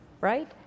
right